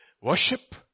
Worship